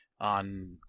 on